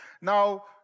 Now